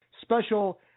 special